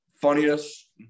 funniest